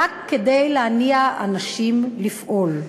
רק כדי להניע אנשים לפעול.